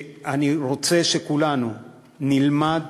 אני רוצה שכולנו נלמד